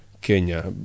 Kenya